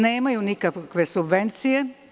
Nemaju nikakve subvencije.